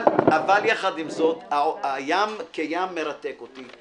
אבל יחד עם זאת, הים כים מרתק אותי.